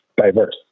diverse